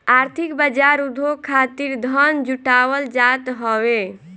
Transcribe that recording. आर्थिक बाजार उद्योग खातिर धन जुटावल जात हवे